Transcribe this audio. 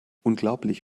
unglaublich